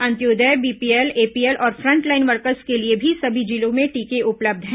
Antyodaya BPL APL और frontline workers के लिए सभी जिलों में टीके उपलब्ध हैं